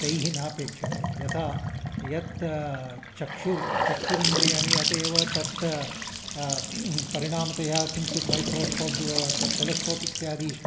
तैः नापेक्षते यथा यत् चक्षुर् चक्षुरिन्द्रियाणि अतः एव तत् परिणामतया किञ्चित् मैक्रोस्कोप् टेलिस्कोप् इत्यादीषु